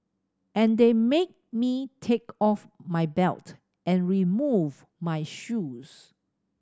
and they made me take off my belt and remove my shoes